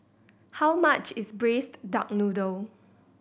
how much is Braised Duck Noodle